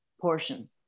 portion